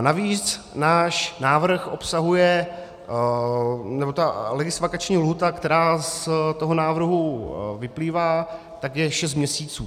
Navíc náš návrh obsahuje, nebo ta legisvakanční lhůta, která z toho návrhu vyplývá, tak je šest měsíců.